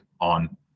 on